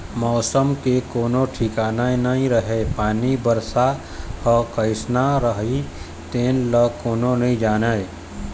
मउसम के कोनो ठिकाना नइ रहय पानी, बरसा ह कइसना रही तेन ल कोनो नइ जानय